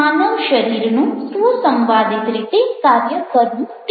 માનવ શરીરનું સુસંવાદિત રીતે કાર્ય કરવું તે